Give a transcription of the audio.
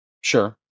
Sure